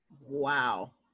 Wow